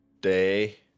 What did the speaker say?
day